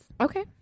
okay